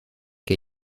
que